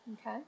Okay